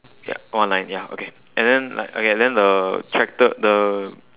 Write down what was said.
ya one line ya okay and then like okay then the tractor the